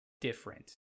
different